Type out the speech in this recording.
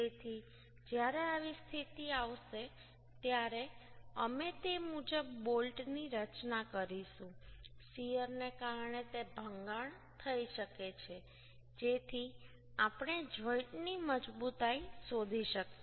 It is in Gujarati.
તેથી જ્યારે આવી સ્થિતિ આવશે ત્યારે અમે તે મુજબ બોલ્ટની રચના કરીશું શીયરને કારણે તે ભંગાણ થઈ શકે છે જેથી આપણે જોઈન્ટની મજબૂતાઈ શોધી શકીએ